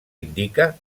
indica